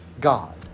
God